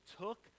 took